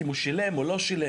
אם הוא שילם או לא שילם.